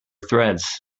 threads